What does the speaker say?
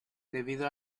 debido